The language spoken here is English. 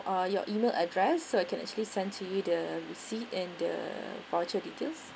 or your email address so I can actually send to you the receipt and the voucher details